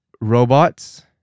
Robots